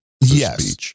yes